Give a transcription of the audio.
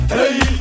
Hey